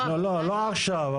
לא עכשיו.